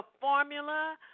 formula